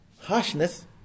harshness